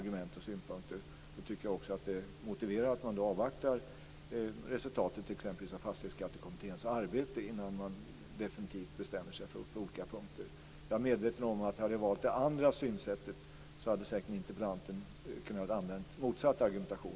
Då är det också motiverat att avvakta resultatet av exempelvis Fastighetsbeskattningskommitténs arbete innan man bestämmer sig definitivt på olika punkter. Om jag hade valt det andra förhållningssättet hade interpellanten kunnat använda motsatt argumentation.